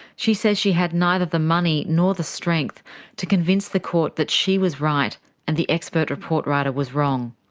she says she had neither the money nor the strength to convince the court that she was right and the expert report writer was wrong.